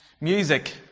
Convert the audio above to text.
music